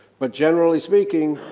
but generally speaking,